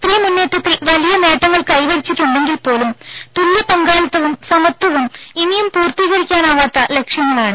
സ്ത്രീ മുന്നേറ്റത്തിൽ വലിയ നേട്ടങ്ങൾ കൈവരിച്ചിട്ടുണ്ടെങ്കിൽ പോലും തുല്ല്യ പങ്കാളിത്തവും സമത്വവും ഇനിയും പൂർത്തീകരിക്കാനാകാത്ത ലക്ഷ്യങ്ങളാണ്